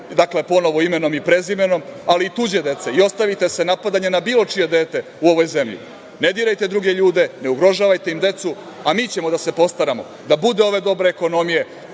dakle, ponovo imenom i prezimenom, ali tuđe dece. Ostavite se napadanja na bilo čije dete u ovoj zemlji. Ne dirajte druge ljude, ne ugrožavajte im decu, a mi ćemo da se postaramo da bude ove dobre ekonomije